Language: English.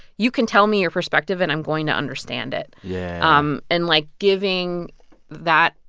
you can tell me your perspective and i'm going to understand it yeah um and, like, giving that,